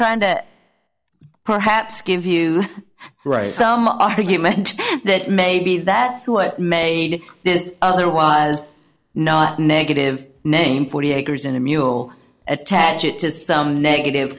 trying to perhaps give you raise some argument that maybe that's what may this otherwise not negative name forty acres and a mule attach it to some negative